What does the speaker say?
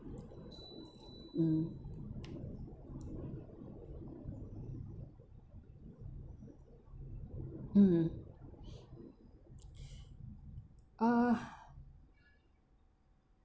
mm mm uh